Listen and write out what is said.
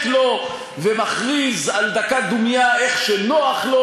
לו ומכריז על דקת דומייה איך שנוח לו.